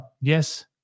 Yes